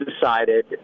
decided